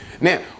Now